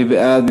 מי בעד?